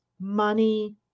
money